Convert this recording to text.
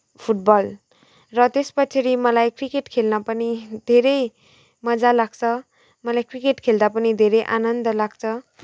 football र त्यस पछाडि मलाई क्रिकेट खेल्न पनि धेरै मजा लाग्छ मलाई क्रिकेट खेल्दा पनि धेरै आनन्द लाग्छ